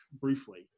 briefly